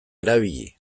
erabili